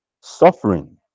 Suffering